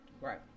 right